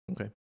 okay